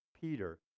Peter